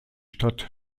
stadt